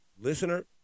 Listener